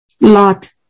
Lot